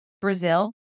Brazil